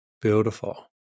Beautiful